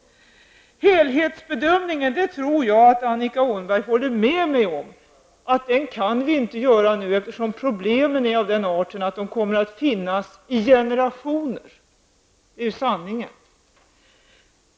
Jag tror att Annika Åhnberg håller med mig om att vi inte kan göra en helhetsbedömning nu, eftersom problemen är av den arten att de kommer att finnas i generationer. Det är sanningen.